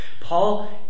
Paul